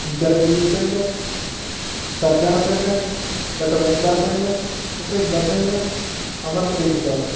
Gurveer Singh Sajjan Singh Lakhwinder Singh Bhupinder Singh Amanpreet Kaur